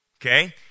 Okay